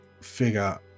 figure